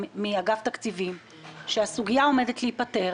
מצבן הכספי של קרנות הפנסיה הוותיקות